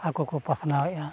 ᱟᱠᱚ ᱠᱚ ᱯᱟᱥᱱᱟᱣᱮᱜᱼᱟ